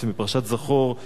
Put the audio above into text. בעצם בפרשת זכור,